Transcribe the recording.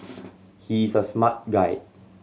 he is a smart guy